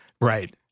right